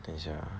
等一下 ah